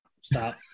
Stop